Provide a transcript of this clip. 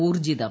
ഊർജ്ജിതം